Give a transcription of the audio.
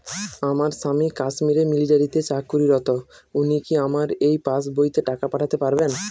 আমার স্বামী কাশ্মীরে মিলিটারিতে চাকুরিরত উনি কি আমার এই পাসবইতে টাকা পাঠাতে পারবেন?